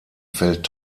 fällt